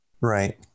right